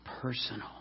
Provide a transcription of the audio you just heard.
personal